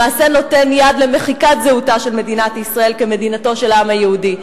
למעשה נותן יד למחיקת זהותה של מדינת ישראל כמדינתו של העם היהודי,